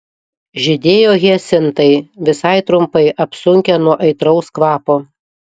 žydėjo hiacintai visai trumpai apsunkę nuo aitraus kvapo